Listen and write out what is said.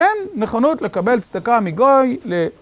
אין נכונות לקבל צדקה מגוי ל...